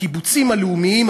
הקיבוצים הלאומיים,